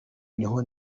niho